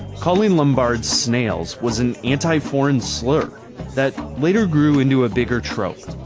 calling lombards snails was an anti-foreign slur that later grew into a bigger trope.